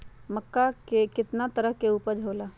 मक्का के कितना तरह के उपज हो ला?